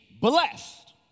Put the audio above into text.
blessed